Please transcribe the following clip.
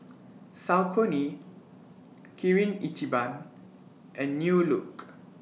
Saucony Kirin Ichiban and New Look